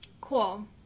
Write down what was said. Cool